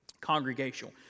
congregational